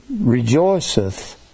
Rejoiceth